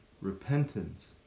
repentance